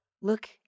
Look